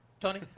Tony